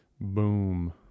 Boom